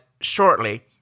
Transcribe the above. shortly